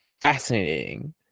fascinating